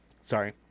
Sorry